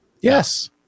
Yes